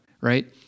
right